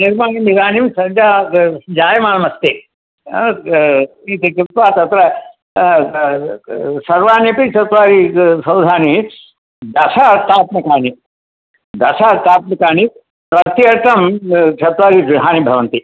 निर्माणमिदानीं सद्यः ब जायमानमस्ति इति कृत्वा तत्र सर्वाण्यपि चत्वारि ग सौधानि दश अट्टात्मकानि दश अट्टात्मकानि प्रत्येकं चत्वारि गृहाणि भवन्ति